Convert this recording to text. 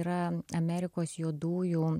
yra amerikos juodųjų